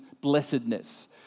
blessedness